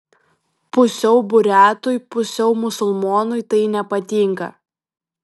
pusiau buriatui pusiau musulmonui tai nepatinka